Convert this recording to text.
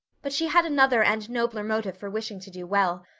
but she had another and nobler motive for wishing to do well.